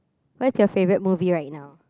what's your favorite movie right now